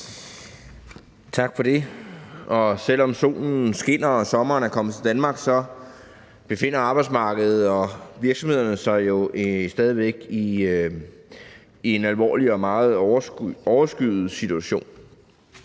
Tak for det. Selv om solen skinner og sommeren er kommet til Danmark, befinder arbejdsmarkedet og virksomhederne sig jo stadig væk i en alvorlig og meget overskyet situation.